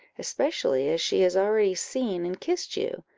especially as she has already seen and kissed you,